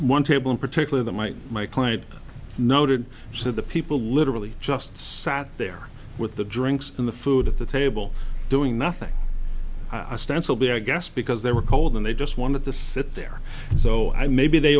one table in particular that might my client noted that the people literally just sat there with the drinks in the food at the table doing nothing i stand still be i guess because they were cold and they just wanted to sit there so i maybe they